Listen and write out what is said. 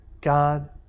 God